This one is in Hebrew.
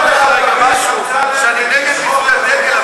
תן לי להגיד לך משהו: אני נגד ביזוי הדגל,